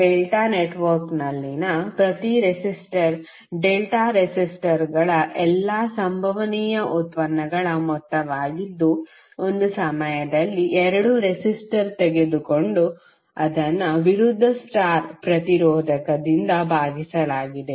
delta ನೆಟ್ವರ್ಕ್ನಲ್ಲಿನ ಪ್ರತಿ resistor delta ರೆಸಿಸ್ಟರ್ಗಳ ಎಲ್ಲಾ ಸಂಭವನೀಯ ಉತ್ಪನ್ನಗಳ ಮೊತ್ತವಾಗಿದ್ದು ಒಂದು ಸಮಯದಲ್ಲಿ 2 ರೆಸಿಸ್ಟರ್ ತೆಗೆದುಕೊಂಡು ಅದನ್ನು ವಿರುದ್ಧ ಸ್ಟಾರ್ ಪ್ರತಿರೋಧಕದಿಂದ ಭಾಗಿಸಲಾಗಿದೆ